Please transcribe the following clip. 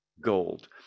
gold